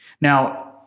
Now